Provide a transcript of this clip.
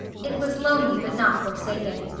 it was lonely but not forsaken.